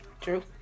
True